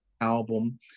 album